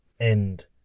End